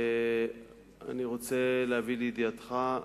אני רוצה להביא לידיעתך,